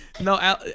No